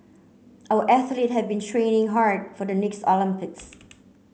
our athlete have been training hard for the next Olympics